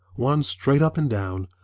one straight up and down,